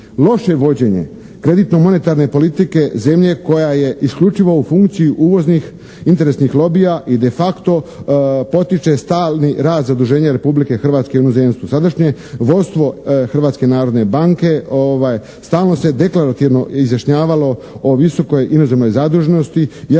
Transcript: Loše vođenje kreditno monetarne politike zemlje koja je isključivo u funkciji uvoznih interesnih lobija i de facto potiče stalni rast zaduženja Republike Hrvatske u inozemstvu. Sadašnje vodstvo Hrvatske narodne banke stalo se deklarativno izjašnjavalo o visokoj inozemnoj zaduženosti iako